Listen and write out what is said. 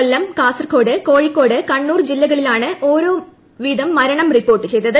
കൊല്ലം കാസർഗോഡ് കോഴിക്കോട് കണ്ണൂർ ജില്ലകളിലാണ് ഓരോ മരണം വീതം റിപ്പോർട്ട് ചെയ്തത്